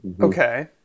Okay